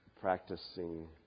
practicing